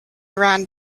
ran